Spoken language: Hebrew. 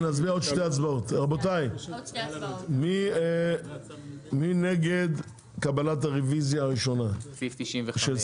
רבותיי, מי נגד קבלת הרביזיה הראשונה, סעיף 95?